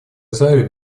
израиль